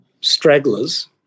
stragglers